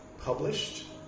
published